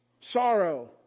sorrow